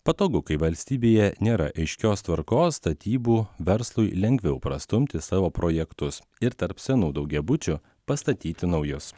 patogu kai valstybėje nėra aiškios tvarkos statybų verslui lengviau prastumti savo projektus ir tarp senų daugiabučių pastatyti naujus